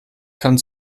kann